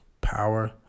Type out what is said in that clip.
power